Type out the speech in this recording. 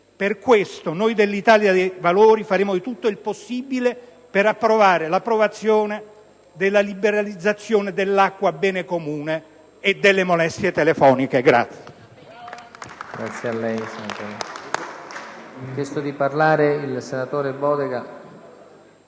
Per questo, noi dell'Italia dei Valori, faremo tutto il possibile per evitare l'approvazione della liberalizzazione del bene comune acqua e delle molestie telefoniche.